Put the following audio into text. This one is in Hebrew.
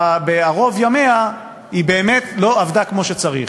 בערוב ימיה היא באמת לא עבדה כמו שצריך.